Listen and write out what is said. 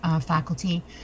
faculty